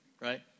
Right